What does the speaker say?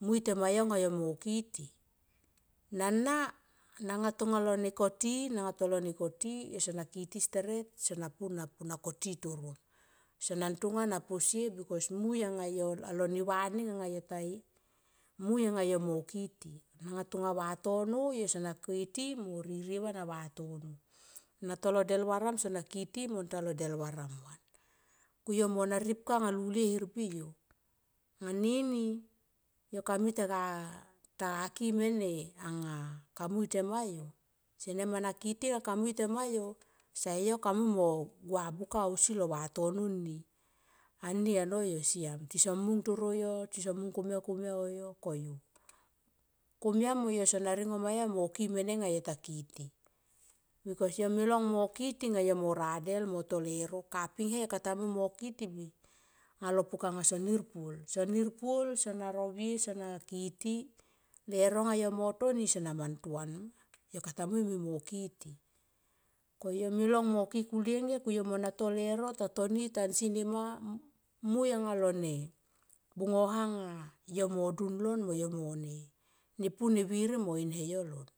mui tema yo nga yo ma kiti. Nana nga tonga lo nekoti nanga tonga tolo nekoti yo sona kiti steret sona pu na pu koti tanon. Sona tonga na posie bikos mui alo neva ning anga yo ta mui anga lo mo kiti. Nanga tonga vatono yo sona kiti mo ririe van a vatono. Na toro del varam sona kiti mon talo del varam ku yo mona ripka anga lulie hermbi yo anga nini yo kamitaga ki mene nga. Kamui tema yo sene ma kiti nga kamui tema yo sae yo kamui mo gua buka ausi lo vatono ni ani anoyo siam tison mung taro yo tison mung komia komia oh yo koyu komia mo yo sana ringo ma yo mo ki mene nga yo ta kiti bikos yo me long mo kitia anga yo mo radel mo to leuro. Kaping he yo kata mui mo kiti anga lo puka nga son nir puol. Son nir puol sona rovie sona kiti leuro nga yo mo toni sana mantuan ma yo kata mui mimo kiti. Koyo me long mo ki kulienge yo mo tato reuno ta toni tansi nema mui anga lo ne bungo ha nga yo mo dun lon moyo mone pu mo viri mo in hayo lon